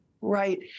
Right